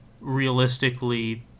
realistically